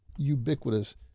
ubiquitous